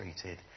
treated